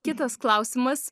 kitas klausimas